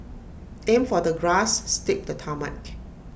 aim for the grass skip the tarmac